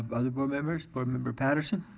other board members? board member patterson.